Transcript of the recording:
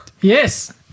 Yes